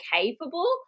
capable